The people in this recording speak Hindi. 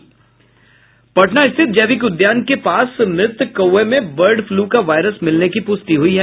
पटना स्थित जैविक उद्यान के पास मृत कौए में बर्ड फ्लू का वायरस मिलने की पुष्टि हुई है